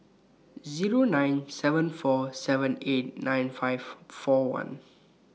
Zero nine seven four seven eight nine five four one